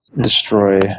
destroy